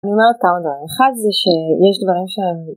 אני אומרת כמה דברים, אחד זה שיש דברים שהם